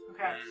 Okay